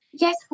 Yes